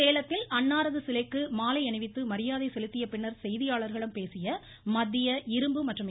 சேலத்தில் அன்னாரது சிலைக்கு மாலை அணிவித்து மரியாதை செலுத்திய பின்னர் செய்தியாளர்களிடம் பேசிய மத்திய இரும்பு மற்றும் எ